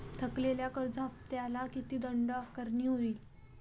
थकलेल्या कर्ज हफ्त्याला किती दंड आकारणी होईल?